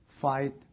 fight